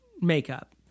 makeup